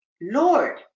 Lord